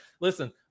listen